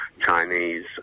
Chinese